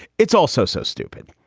it's also so stupid.